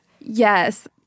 Yes